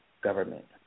government